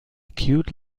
cute